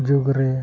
ᱡᱩᱜᱽ ᱨᱮ